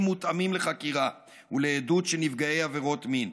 מותאמים לחקירה ולעדות של נפגעי עבירות מין,